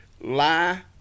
lie